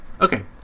Okay